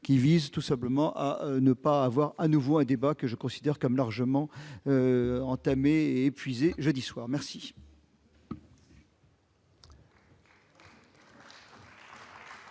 qui vise tout simplement à ne pas avoir à nouveau un débat que je considère comme largement entamé épuisés, jeudi soir, merci.